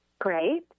Great